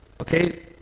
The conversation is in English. okay